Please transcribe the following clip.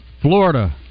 Florida